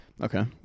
Okay